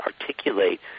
articulate